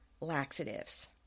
laxatives